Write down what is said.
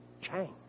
Chang